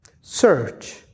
search